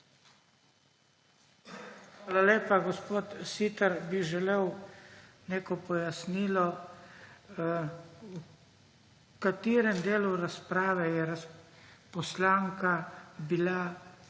Hvala lepa, gospod Siter. Bi želel neko pojasnilo. V katerem delu razprave je poslanka bila